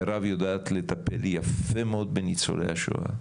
מירב יודעת לטפל יפה מאוד בניצולי השואה,